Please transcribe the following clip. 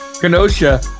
Kenosha